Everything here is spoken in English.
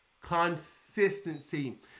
consistency